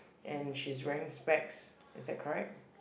and she's wearing specs is that correct